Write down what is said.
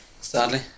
Sadly